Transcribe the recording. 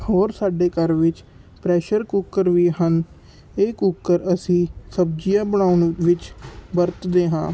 ਹੋਰ ਸਾਡੇ ਘਰ ਵਿੱਚ ਪ੍ਰੈਸ਼ਰ ਕੁਕਰ ਵੀ ਹਨ ਇਹ ਕੁਕਰ ਅਸੀਂ ਸਬਜ਼ੀਆਂ ਬਣਾਉਣ ਵਿੱਚ ਵਰਤਦੇ ਹਾਂ